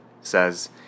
says